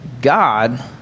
God